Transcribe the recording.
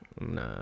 Nah